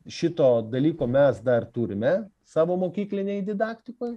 šito dalyko mes dar turime savo mokyklinėj didaktikoj